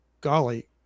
golly